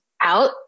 out